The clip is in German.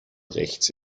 rechts